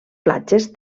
platges